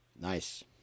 Nice